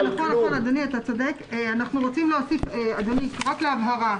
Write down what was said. אדוני, רק להבהרה.